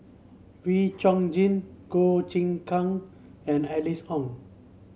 Wee Chong Jin Goh Choon Kang and Alice Ong